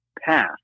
path